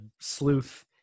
sleuth